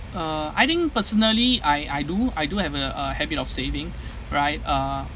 uh I think personally I I do I do have a a habit of saving right uh